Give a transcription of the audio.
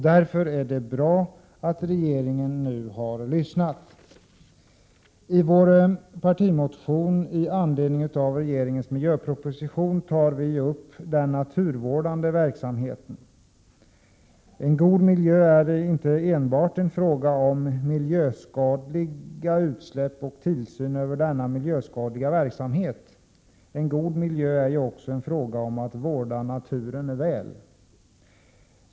Därför är det bra att regeringen nu har lyssnat. I vår partimotion i anledning av regeringens miljöproposition tar vi upp den naturvårdande verksamheten. En god miljö är inte enbart en fråga om miljöskadliga utsläpp och tillsyn över denna miljöskadliga verksamhet. En god miljö är ju också en fråga om att vårda naturen väl.